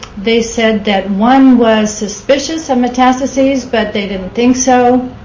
they said that one was suspicious of metastasis, but they didn't think so,